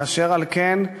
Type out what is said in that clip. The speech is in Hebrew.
ואשר על כן,